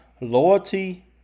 loyalty